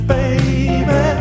Baby